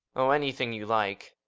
oh, anything you like.